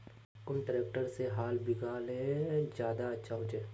कुन ट्रैक्टर से हाल बिगहा ले ज्यादा अच्छा होचए?